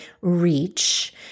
reach